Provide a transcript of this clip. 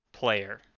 player